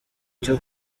cyo